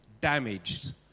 damaged